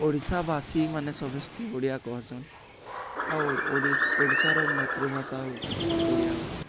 ଓଡ଼ିଶାବାସୀମାନେ ସମସ୍ତେ ଓଡ଼ିଆ କହସନ୍ ଆଉ ଓଡ଼ିଶାର ମାତୃଭାଷା ହେଉଛି ଓଡ଼ିଆ ଭାଷା